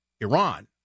Iran